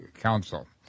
Council